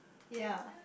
ya